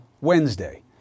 wednesday